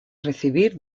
recibir